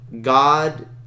god